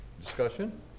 Discussion